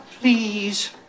Please